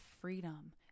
freedom